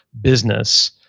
business